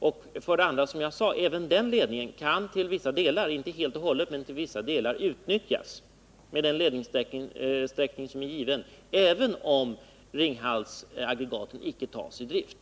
Och även den ledningen kan, som jag sade — inte helt och hållet, men till vissa delar — utnyttjas med den ledningssträckning som är given, även om Ringhalsaggregaten icke skulle tas i drift.